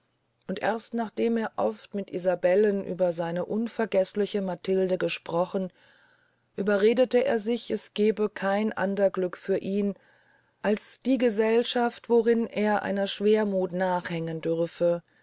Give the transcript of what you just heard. und erst nachdem er oft mit isabellen über seine unvergeßliche matilde gesprochen überredete er sich es gebe kein ander gluck für ihn als die gesellschaft worin er einer schwermuth nachhängen dürfe